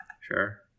Sure